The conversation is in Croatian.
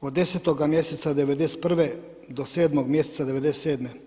od 10. mjeseca 91. do 7. mjeseca 97.